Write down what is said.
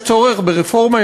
יש צורך ברפורמה,